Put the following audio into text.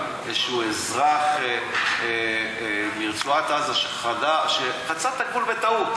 אזרח כלשהו מרצועת-עזה שחצה את הגבול בטעות?